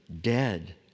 dead